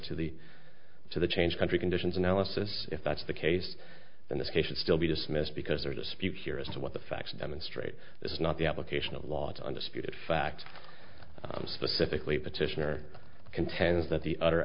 to the to the change country conditions analysis if that's the case then this case should still be dismissed because their dispute here as to what the facts demonstrate is not the application of law to undisputed facts specifically petitioner contends that the ut